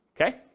okay